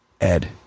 Ed